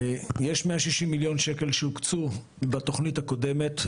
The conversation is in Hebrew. יש 160 מיליון ₪ שהוקצו בתוכנית הקודמת,